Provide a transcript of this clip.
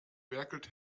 werkelt